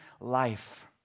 life